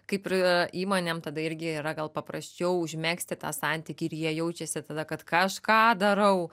kaip ir įmonėm tada irgi yra gal paprasčiau užmegzti tą santykį ir jie jaučiasi tada kad kažką darau